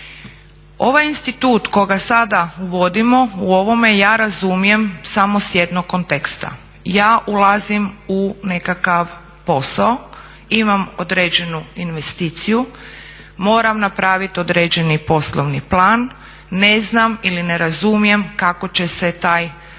Ovaj institut koga sada uvodimo u ovome ja razumijem samo s jednog konteksta. Ja ulazim u nekakav posao, imam određenu investiciju, moram napravit određeni poslovni plan, ne znam ili ne razumijem kako će se taj trošak